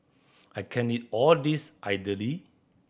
I can't eat all this idly